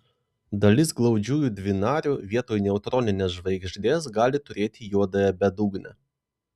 dalis glaudžiųjų dvinarių vietoj neutroninės žvaigždės gali turėti juodąją bedugnę